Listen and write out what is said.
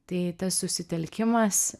tai tas susitelkimas